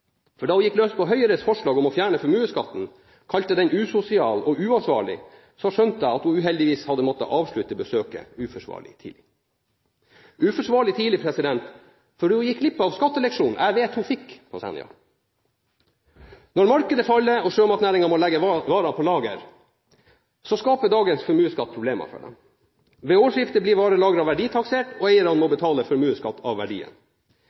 Senja. Da hun gikk løs på Høyres forslag om å fjerne formuesskatten, kalte den usosial og «uansvarlig», skjønte jeg at hun uheldigvis hadde måttet avslutte besøket uforsvarlig tidlig – uforsvarlig tidlig fordi hun gikk glipp av skatteleksjonen jeg vet at hun ville fått på Senja. Når markedet faller, og sjømatnæringen må legge varer på lager, skaper dagens formuesskatt problemer for dem. Ved årsskiftet blir varelageret verditaksert, og eierne må betale formuesskatt av verdien.